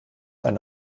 eine